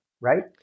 right